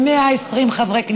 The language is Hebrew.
120 חברי הכנסת,